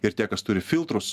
ir tie kas turi filtrus